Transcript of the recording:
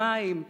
המים,